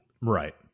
Right